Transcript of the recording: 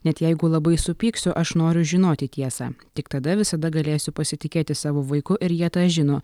net jeigu labai supyksiu aš noriu žinoti tiesą tik tada visada galėsiu pasitikėti savo vaiku ir jie tą žino